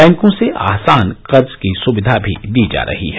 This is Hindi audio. बैंकों से आसान कर्ज की सुविधा भी दी जा रही है